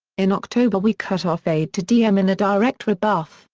in october we cut off aid to diem in a direct rebuff,